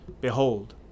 Behold